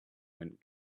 went